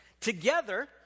Together